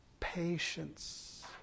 patience